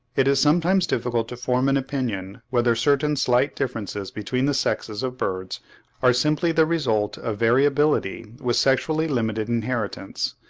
it is sometimes difficult to form an opinion whether certain slight differences between the sexes of birds are simply the result of variability with sexually-limited inheritance,